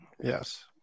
Yes